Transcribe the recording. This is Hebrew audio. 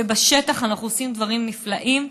ובשטח אנחנו עושים דברים נפלאים,